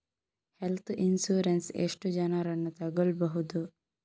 Health insurance ಎಷ್ಟು ಜನರನ್ನು ತಗೊಳ್ಬಹುದು?